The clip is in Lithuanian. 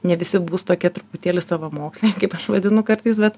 ne visi bus tokie truputėlį savamoksliai kaip aš vadinu kartais bet